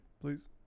please